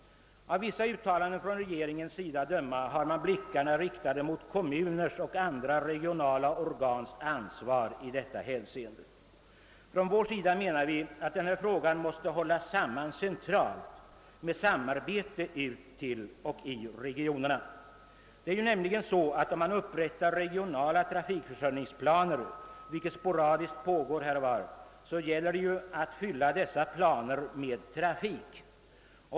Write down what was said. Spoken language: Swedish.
Att döma av vissa regeringsuttalanden har regeringen blickarna riktade mot kommuners och andra regionala organs ansvar i detta hänseende. Vi menar emellertid att denna fråga måste hållas samman centralt med samarbete i regionerna. Upprättar man regionala transportförsörjningsplaner, vilket sporadiskt pågår här och var, gäller det att fylla dessa planer med trafik.